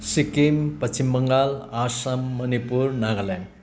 Sikkim Paschim Bengal Assam Manipur Nagaland